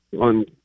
on